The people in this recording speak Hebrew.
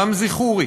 רמזי ח'ורי,